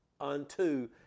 unto